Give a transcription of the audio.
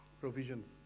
provisions